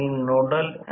मी x2 0 ठेवतो